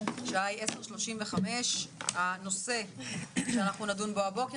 השעה היא 10:35. הנושא שאנחנו נדון בו הבוקר,